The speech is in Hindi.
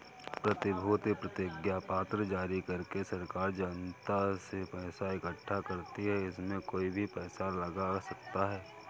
प्रतिभूति प्रतिज्ञापत्र जारी करके सरकार जनता से पैसा इकठ्ठा करती है, इसमें कोई भी पैसा लगा सकता है